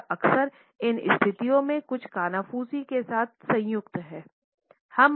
यह अक्सर इन स्थितियों में कुछ कानाफूसी के साथ संयुक्त है